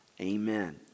amen